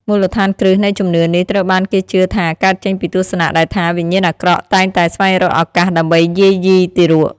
មូលដ្ឋានគ្រឹះនៃជំនឿនេះត្រូវបានគេជឿថា កើតចេញពីទស្សនៈដែលថា វិញ្ញាណអាក្រក់តែងតែស្វែងរកឱកាសដើម្បីយាយីទារក។